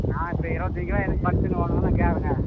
நான் இப்போ இருபத்தஞ்சி கிலோ எனக்கு ஃபங்க்ஷனுக்கு வேணும்ன்னு கேட்குறேங்க